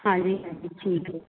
ਹਾਂਜੀ ਹਾਂਜੀ ਠੀਕ ਹੈ